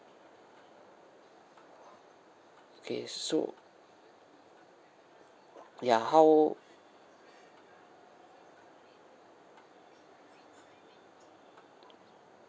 okay so ya how